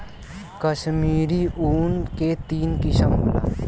कश्मीरी ऊन के तीन किसम होला